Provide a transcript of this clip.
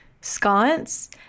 sconce